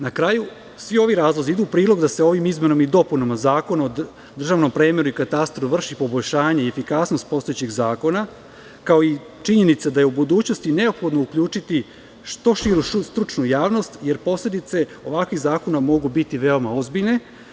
Na kraju, svi ovi razlozi idu u prilog da se ovim izmenama i dopunama Zakona o državnom premeru i katastru vrši poboljšanje i efikasnost postojećih zakona, kao i činjenica da je u budućnosti neophodno uključiti što širu stručnu javnost, jer posledice ovakvih zakona mogu biti veoma ozbiljne.